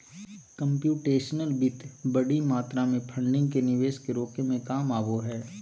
computational वित्त बडी मात्रा में फंडिंग के निवेश के रोके में काम आबो हइ